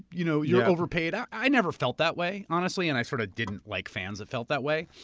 you know you're overpaid. i i never felt that way, honestly. and i sort of didn't like fans that felt that way.